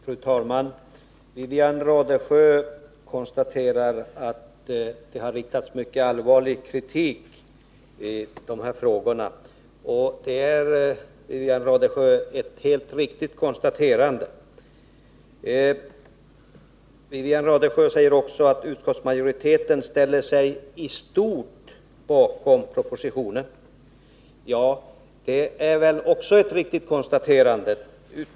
Fru talman! Wivi-Anne Radesjö konstaterar att det har framförts mycket allvarlig kritik i de här frågorna. Det är ett helt riktigt konstaterande. Wivi-Anne Radesjö säger också att utskottsmajoriteten ställer sig i stort bakom propositionen. Ja, det är väl också ett riktigt konstaterande.